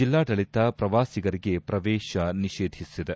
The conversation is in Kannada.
ಜಿಲ್ಲಾಡಳಿತ ಪ್ರವಾಸಿಗರಿಗೆ ಪ್ರವೇಶ ನಿಷೇಧಿಸಿದೆ